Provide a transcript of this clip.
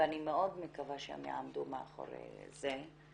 ואני מאוד מקווה שהם יעמדו מאחורי זה,